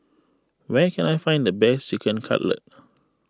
where can I find the best Chicken Cutlet